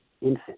infant